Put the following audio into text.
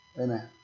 Amen